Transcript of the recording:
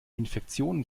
infektionen